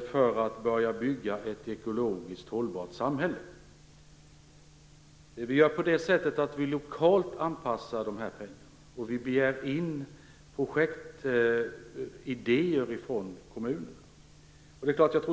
för att börja bygga ett ekologiskt hållbart samhälle. Vi anpassar dessa pengar lokalt och begär in projektidéer från kommunerna.